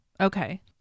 Okay